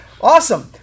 awesome